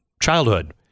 childhood